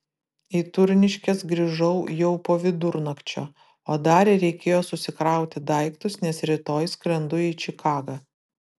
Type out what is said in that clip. į turniškes grįžau jau po vidurnakčio o dar reikėjo susikrauti daiktus nes rytoj skrendu į čikagą